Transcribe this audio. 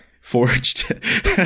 Forged